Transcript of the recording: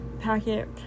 packet